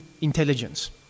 intelligence